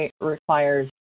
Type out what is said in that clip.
requires